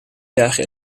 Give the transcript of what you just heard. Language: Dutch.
dagen